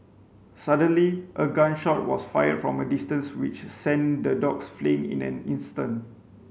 suddenly a gun shot was fired from a distance which sent the dogs fleeing in an instant